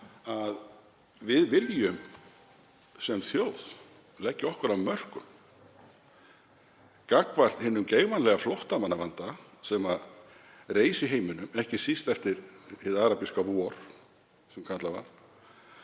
að við viljum sem þjóð leggja okkar af mörkum gagnvart hinum geigvænlega flóttamannavanda sem reis í heiminum, ekki síst eftir hið arabíska vor sem kallað var.